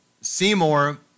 seymour